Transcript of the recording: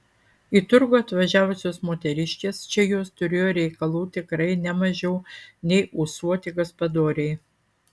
į turgų atvažiavusios moteriškės čia jos turėjo reikalų tikrai ne mažiau nei ūsuoti gaspadoriai